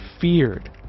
feared